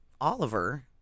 Oliver